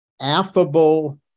affable